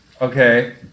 Okay